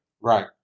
Right